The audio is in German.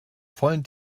vollen